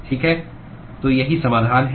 ठीक है तो यही समाधान है